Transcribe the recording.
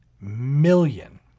million